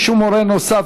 רישום הורה נוסף),